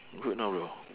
good know bro